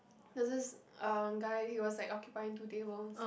there is um guy he was occupying two tables